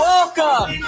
Welcome